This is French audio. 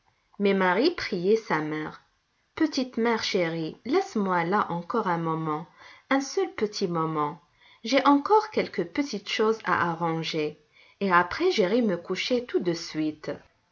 mais marie priait sa mère petite mère chérie laisse-moi là encore un moment un seul petit moment j'ai encore quelques petites choses à arranger et après j'irai me coucher tout de suite